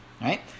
right